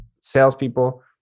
salespeople